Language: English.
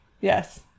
Yes